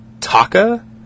Taka